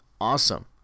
awesome